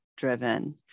Driven